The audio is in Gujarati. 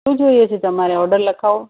શું જોઈએ છે તમારે ઓર્ડર લખાવો